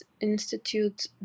Institute